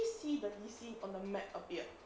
see the lee sin on the map appeared